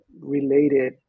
Related